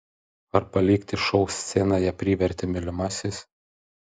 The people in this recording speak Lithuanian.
ar palikti šou sceną ją privertė mylimasis